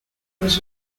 was